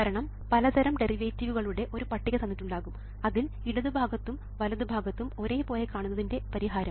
കാരണം പലതരം ഡെറിവേറ്റീവുകളുടെ ഒരു പട്ടിക തന്നിട്ടുണ്ടാകും അതിൽ ഇടതുഭാഗത്തും വലതു ഭാഗത്തും ഒരേ പോലെ കാണുന്നതിൻറെ പരിഹാരം